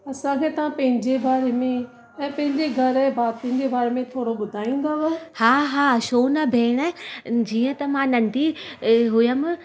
असांखे तव्हां पंहिंजे बारे में या पंहिंजे घर जे भातियुनि जे ॿारे मे थोरो ॿुधाईंदव हा हा छो न भेणु जीअं त मां नंढी हुअमि